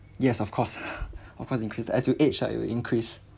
yes of course of course increase ah as you age ah it will increase